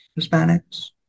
Hispanics